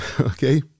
okay